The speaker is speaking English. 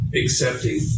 accepting